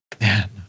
Man